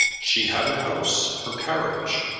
she had her house, her carriage,